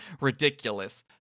ridiculous